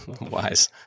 Wise